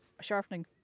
sharpening